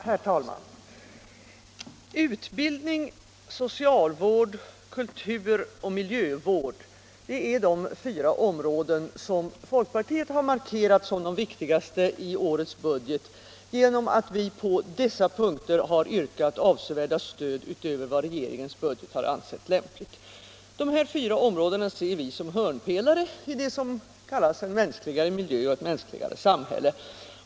Herr talman! Utbildning, socialvård, kultur och miljövård är de fyra områden som folkpartiet har markerat som de viktigaste i årets budget genom att på dessa punkter yrka avsevärda stöd utöver vad regeringen har ansett lämpligt. Dessa fyra områden ser vi som hörnpelare i det som kallas en mänskligare miljö och ett mänskligare samhälle.